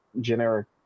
generic